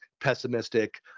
pessimistic